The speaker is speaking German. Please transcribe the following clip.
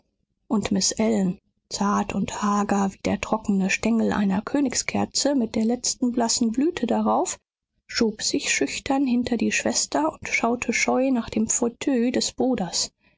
und miß ellen zart und hager wie der trockene stengel einer königskerze mit der letzten blassen blüte darauf schob sich schüchtern hinter die schwester und schaute scheu nach dem fauteuil des bruders